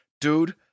dude